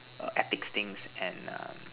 err ethics things and um